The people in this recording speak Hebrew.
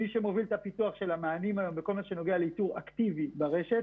מי שמוביל את הפיתוח של המענים בכל מה שנוגע לאיתור אקטיבי ברשת,